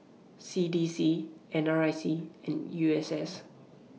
C D C N R I C and U S S